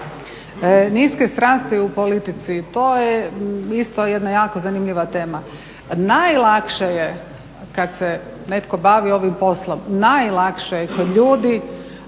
niske strasti u politici. To je isto jedna jako zanimljiva tema. Najlakše je kad se netko bavi ovim poslom, najlakše je kod ljudi,